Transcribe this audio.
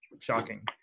shocking